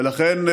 לכן,